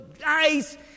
nice